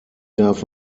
darf